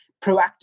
proactive